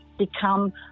Become